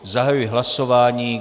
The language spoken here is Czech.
Zahajuji hlasování.